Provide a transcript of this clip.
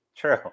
true